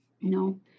No